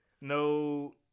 no